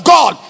God